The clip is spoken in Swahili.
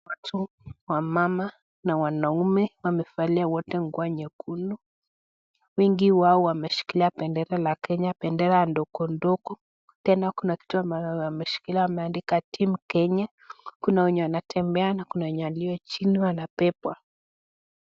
Watu , wamama na wanaume wamevalia wote nguo nyekundu. Wengi wao wameshikilia bendera la Kenya, bendera ndogo ndogo. Tena kuna kitu ambacho wameshikilia wameandika team Kenya. Kuna wenye wanatembea na kuna wenye walio chini wanabebwa.